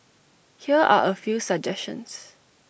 here are A few suggestions